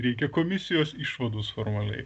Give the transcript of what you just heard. reikia komisijos išvados formaliai